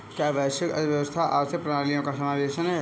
क्या वैश्विक अर्थव्यवस्था आर्थिक प्रणालियों का समावेशन है?